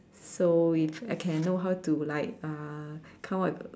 so it's I can know how to like uh come up with